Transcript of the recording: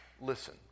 listen